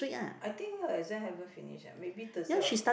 I think her exam haven't finish eh maybe Thursday or